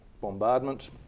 bombardment